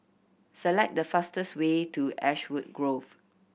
select the fastest way to Ashwood Grove